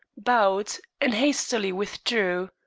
bowed, and hastily withdrew.